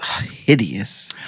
hideous